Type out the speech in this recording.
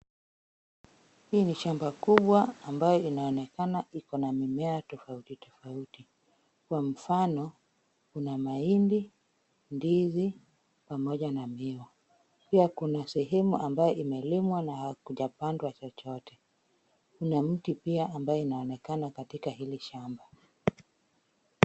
Hii ni shamba kubwa ambayo inaonekana iko na mimea tofauti tofauti, kwa mfano, kuna mahindi, ndizi pamoja na miwa. Pia kuna sehemu ambayo imelimwa na hakujapandwa chochote. Kuna miti pia ambayo inaonekana katika hili shamba.